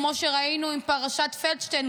כמו שראינו בפרשת פלדשטיין,